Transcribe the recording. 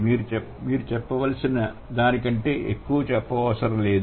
ఇది మీరుచెప్పవలసిన దానికంటే ఎక్కువ చెప్పనవసరం లేదు